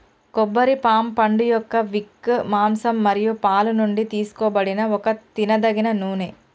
కొబ్బరి పామ్ పండుయొక్క విక్, మాంసం మరియు పాలు నుండి తీసుకోబడిన ఒక తినదగిన నూనె